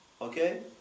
Okay